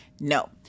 No